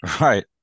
Right